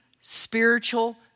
spiritual